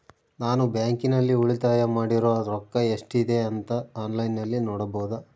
ನಾನು ಬ್ಯಾಂಕಿನಲ್ಲಿ ಉಳಿತಾಯ ಮಾಡಿರೋ ರೊಕ್ಕ ಎಷ್ಟಿದೆ ಅಂತಾ ಆನ್ಲೈನಿನಲ್ಲಿ ನೋಡಬಹುದಾ?